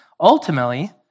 Ultimately